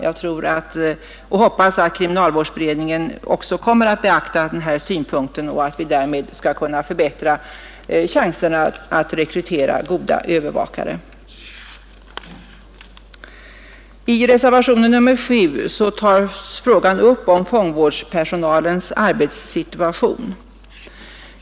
Jag hoppas att kriminalvårdsberedningen kommer att beakta den här synpunkten och att vi därmed skall kunna förbättra chanserna att rekrytera goda övervakare. I reservationen 7 tas upp frågan om fångvårdspersonalens arbetssituation.